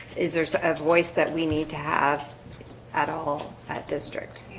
is there a voice that we need to have at all at district?